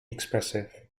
expressive